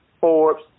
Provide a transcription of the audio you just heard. Forbes